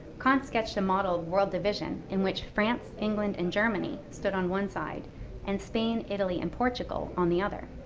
kant sketched a model of world division in which france, england, and germany stood on one side and spain, italy, and portugal on the other.